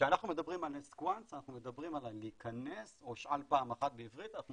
כשאנחנו מדברים על Ask Once או 'שאל פעם אחת' בעברית אנחנו